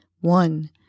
One